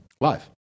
Live